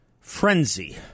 Frenzy